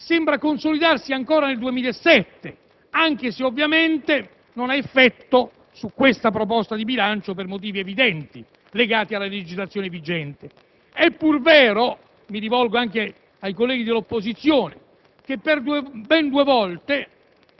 all'aumento delle entrate sembra consolidarsi ancora nel 2007 anche se, ovviamente, non ha effetto su questa proposta di bilancio, per motivi evidenti legati alla legislazione vigente. È pur vero - e mi rivolgo anche ai colleghi dell'opposizione